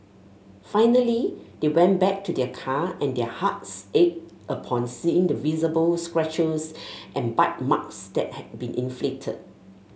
finally they went back to their car and their hearts ached upon seeing the visible scratches and bite marks that had been inflicted